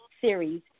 series